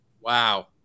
Wow